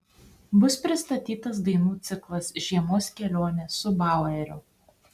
bus pristatytas dainų ciklas žiemos kelionė su baueriu